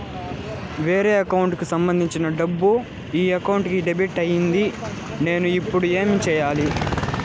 వేరే అకౌంట్ కు సంబంధించిన డబ్బు ఈ అకౌంట్ కు డెబిట్ అయింది నేను ఇప్పుడు ఏమి సేయాలి